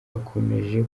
hakomeje